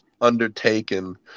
undertaken